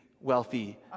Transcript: wealthy